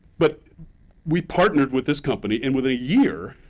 but we partnered with this company, and within a year,